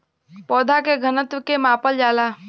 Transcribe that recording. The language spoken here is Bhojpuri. पौधा के घनत्व के मापल जाला